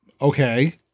Okay